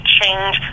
change